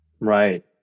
Right